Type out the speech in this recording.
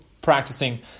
practicing